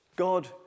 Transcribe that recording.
God